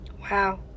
Wow